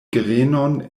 grenon